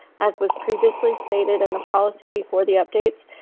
as was previously stated in the policy before the updates.